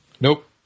Nope